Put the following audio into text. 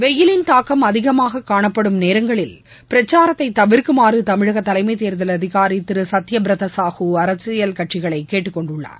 வெயிலின் தாக்கம் அதிகமாக காணப்படும் நேரங்களில் பிரச்சாரத்தை தவிர்க்குமாறு தமிழக தலைமை தேர்தல் அதிகாரி திரு சத்ய பிரதா சாஹூ அரசியல் கட்சிகளை கேட்டுக்கொண்டுள்ளார்